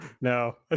No